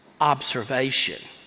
observation